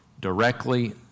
directly